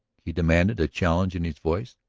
he demanded, a challenge in his voice.